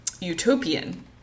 utopian